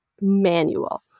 manual